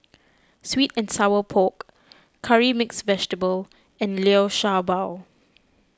Sweet and Sour Pork Curry Mixed Vegetable and Liu Sha Bao